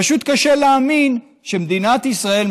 פשוט קשה להאמין שמדינת ישראל,